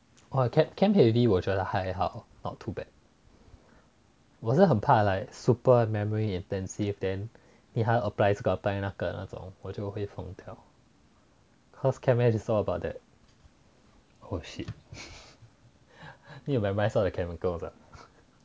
orh chem heavy 我觉得还好 not too bad 我是很怕 like super memory intensive then 你还要 apply 这个 apply 那个那种我就会疯掉 cause chem is all about that oh shit need to memorize all the chemicals ah